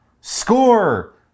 score